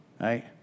Right